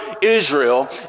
Israel